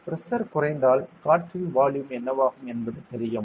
pressure குறைந்தால் காற்றின் volume என்னவாகும் என்பது தெரியும்